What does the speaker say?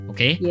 Okay